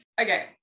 Okay